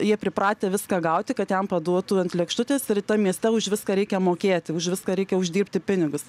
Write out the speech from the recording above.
jie pripratę viską gauti kad jam paduotų ant lėkštutės ir tam mieste už viską reikia mokėti už viską reikia uždirbti pinigus